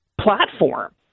platform